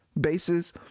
bases